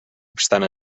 obstant